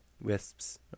wisps